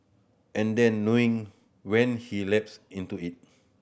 and then knowing when he lapse into it